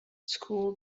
school